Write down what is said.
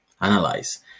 analyze